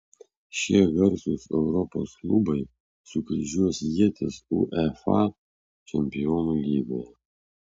šie garsūs europos klubai sukryžiuos ietis uefa čempionų lygoje